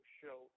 show